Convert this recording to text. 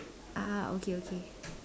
ah okay okay